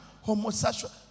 homosexual